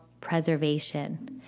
preservation